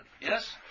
Yes